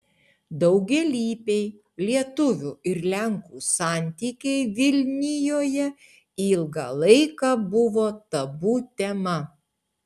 daugialypiai lietuvių ir lenkų santykiai vilnijoje ilgą laiką buvo tabu tema